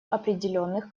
определенных